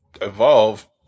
Evolve